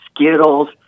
Skittles